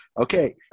Okay